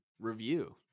review